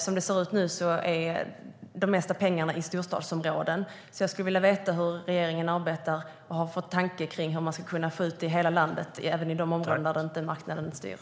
Som det ser ut nu går de mesta pengarna till storstadsområden. Jag skulle vilja veta hur regeringen arbetar och har för tankar kring hur man skulle kunna få ut det i hela landet och även i de områden där inte marknaden styr.